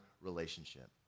relationship